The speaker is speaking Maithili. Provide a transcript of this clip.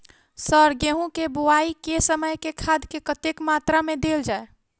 सर गेंहूँ केँ बोवाई केँ समय केँ खाद कतेक मात्रा मे देल जाएँ?